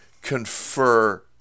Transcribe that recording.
confer